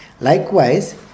Likewise